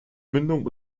mündung